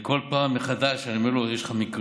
כל פעם מחדש אני אומר לו: יש לך מקרים,